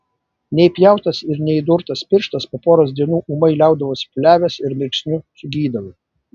neįpjautas ir neįdurtas pirštas po poros dienų ūmai liaudavosi pūliavęs ir mirksniu sugydavo